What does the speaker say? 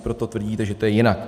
Proto tvrdíte, že to je jinak.